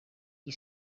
qui